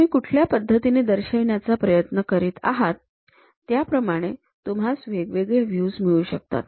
तुम्ही कुठला पद्धतीने दर्शविण्याचा प्रयत्न करीत आहेत त्याप्रमाणे तुम्हास वेगवेगळे व्ह्यूज मिळू शकतात